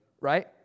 Right